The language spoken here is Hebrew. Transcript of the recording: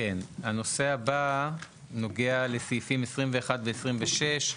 כן, הנושא הבא נוגע לסעיפים 21 ו-26.